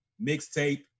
mixtape